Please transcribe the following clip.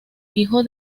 hijo